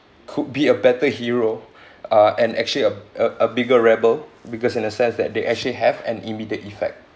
could be a better hero uh and actually a a a bigger rebel because in a sense that they actually have an immediate effect